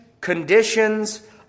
conditions